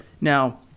Now